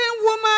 woman